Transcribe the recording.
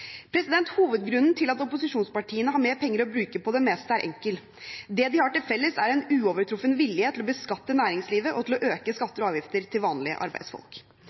Hovedgrunnen til at opposisjonspartiene har mer penger å bruke på det meste, er enkel: Det de har til felles, er en uovertruffen vilje til å beskatte næringslivet og til å øke skatter og avgifter for vanlige arbeidsfolk.